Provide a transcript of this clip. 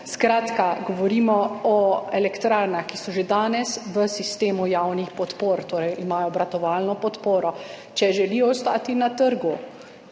Skratka, govorimo o elektrarnah, ki so že danes v sistemu javnih podpor, torej imajo obratovalno podporo. Če želijo ostati na trgu,